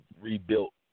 rebuilt